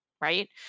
right